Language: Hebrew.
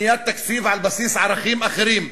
בניית תקציב על בסיס ערכים אחרים.